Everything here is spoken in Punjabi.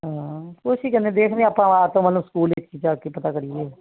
ਹਾਂ ਕੁਛ ਨੀ ਕਹਿੰਦੇ ਦੇਖਦੇ ਆਂ ਆਪਾਂ ਆਤਮਬਲ ਸਕੂਲ ਵਿੱਚ ਜਾ ਕੇ ਪਤਾ ਕਰੀਏ